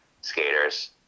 skaters